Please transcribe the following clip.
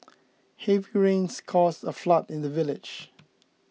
heavy rains caused a flood in the village